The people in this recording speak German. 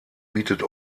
bietet